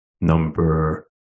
number